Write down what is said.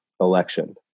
election